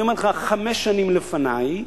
אני אומר לך, חמש שנים לפני,